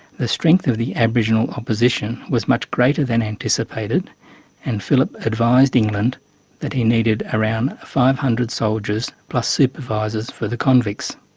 the strength of the aboriginal opposition was much greater than anticipated and phillip advised england that he needed around five hundred soldiers plus supervisors for the convicts.